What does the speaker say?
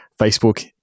Facebook